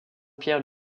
pierre